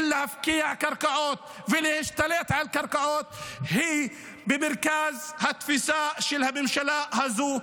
של להפקיע קרקעות ולהשתלט על קרקעות היא במרכז התפיסה של הממשלה הזו.